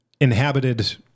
inhabited